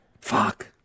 Fuck